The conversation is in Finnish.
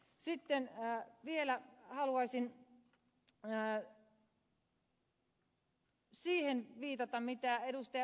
sitten vielä haluaisin viitata siihen mihin ed